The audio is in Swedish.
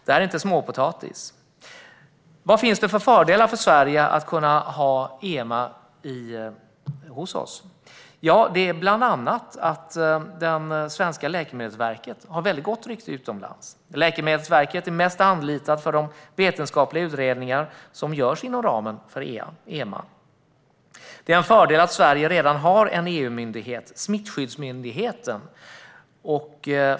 Det är inte småpotatis. Vilka fördelar finns det för Sverige när det gäller att få EMA? Bland annat har svenska Läkemedelsverket ett gott rykte utomlands. Läkemedelsverket anlitas mest för de vetenskapliga utredningar som görs inom ramen för EMA. Det är också en fördel att Sverige redan har en EU-myndighet, Smittskyddsmyndigheten.